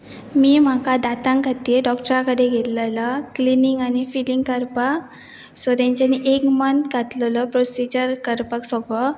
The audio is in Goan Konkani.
मी म्हाका दांतां खातीर डॉक्टरा कडेन गेल्लेलो क्लिनींग आनी फिलींग करपाक सो तेंच्यानी एक मंंत घातलेलो प्रोसिजर करपाक सगळो